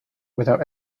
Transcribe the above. without